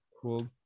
Cool